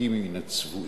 כי אם מן הצבועים,